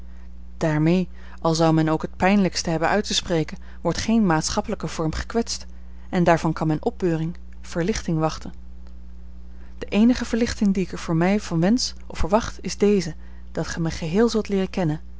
daarmee al zou men ook het pijnlijkste hebben uit te spreken wordt geen maatschappelijke vorm gekwetst en daarvan kan men opbeuring verlichting wachten de eenige verlichting die ik er voor mij van wensch of verwacht is deze dat gij mij geheel zult leeren kennen